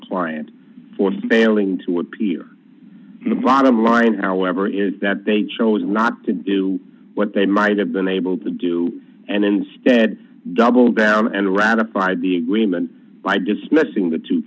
client for sailing to appear in the bottom line however is that they chose not to do what they might have been able to do and instead double down and ratified the agreement by dismissing the two